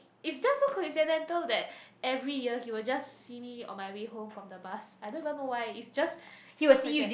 it's just so coincidental that every year he will just see me on my way home from the bus I don't even know why it's just so coincidental